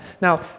Now